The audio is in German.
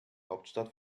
hauptstadt